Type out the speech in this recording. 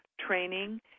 training